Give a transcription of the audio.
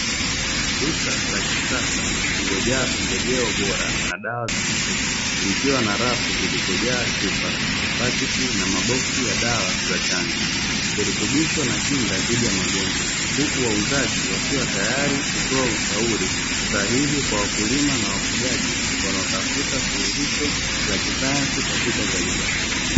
Duka la kisasa lililojaa pembejeo bora na dawa za mifugo, likiwa na rafu zilizojaa chupa bakiti na maboksi ya dawa za chanjo virutubisho na kinga dhidi ya magonjwa, huku wauzaji wakiwa tayari kutoa ushauri sahihi kwa wakulima na wafugaji wanaotafuta suluhisho la kisayansi katika uzalishaji.